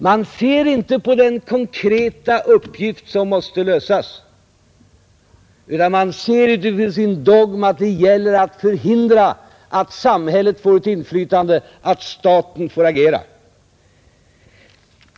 Man ser inte på den konkreta uppgift som måste lösas, utan man ser utifrån sin dogm att det gäller att förhindra att samhället får ett inflytande, att staten får agera.